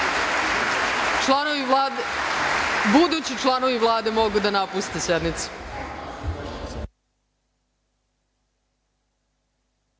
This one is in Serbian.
odmah. Budući članovi vlade mogu da napuste sednicu.